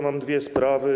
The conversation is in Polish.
Mam dwie sprawy.